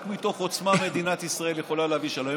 רק מתוך עוצמה מדינת ישראל יכולה להביא שלום.